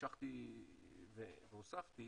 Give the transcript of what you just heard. המשכתי והוספתי,